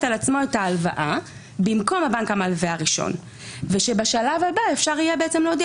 על עצמו את הלוואה במקום הבנק המלווה הראשון ואז אפשר יהיה להודיע